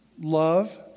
love